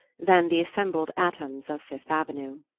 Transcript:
than the assembled atoms of fifth avenue.